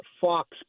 Fox